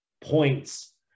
points